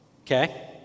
okay